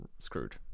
screwed